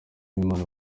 b’imana